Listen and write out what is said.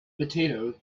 potatoes